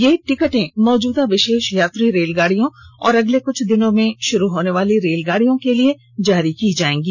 ये टिकटें मौजूदा विशेष यात्री रेलगाडियों और अगले कुछ दिनों में शुरू होने वाली रेलगाडियों के लिए जारी की जाएंगी